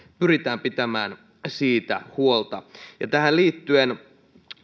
pyritään pitämään siitä huolta tähän liittyen